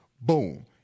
Boom